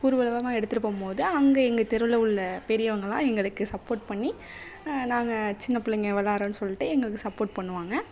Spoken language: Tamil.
ஊர்வலமாக எடுத்துகிட்டுப் போம்போது அங்கே எங்கள் தெருவில் உள்ள பெரியவங்கள் எல்லாம் எங்களுக்கு சப்போர்ட் பண்ணி நாங்கள் சின்ன பிள்ளைங்க விளாட்றோனு சொல்லிட்டு எங்களுக்கு சப்போர்ட் பண்ணுவாங்க